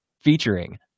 Featuring